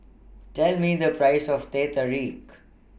Tell Me The Price of Teh Tarik